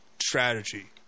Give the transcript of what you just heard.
strategy